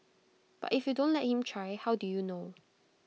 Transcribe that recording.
but if you don't let him try how do you know